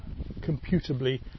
computably